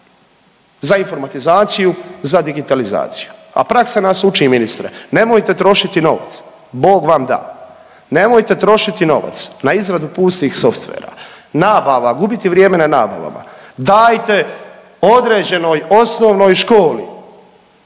za informatizaciju, za digitalizaciju, a praksa nas uči ministre nemojte trošiti novac, bog vam da, nemojte trošiti novac na izradu pustih softvera, nabava, gubiti vrijeme na nabavama. Dajte određenoj osnovnoj školi